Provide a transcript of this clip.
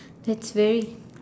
that's very